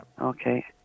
Okay